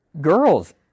girls